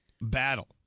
battle